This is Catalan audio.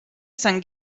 sant